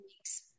weeks